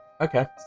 Okay